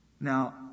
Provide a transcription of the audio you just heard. Now